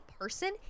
person